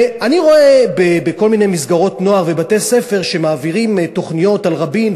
אני רואה בכל מיני מסגרות נוער ובתי-ספר שמעבירים תוכניות על רבין,